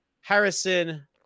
Harrison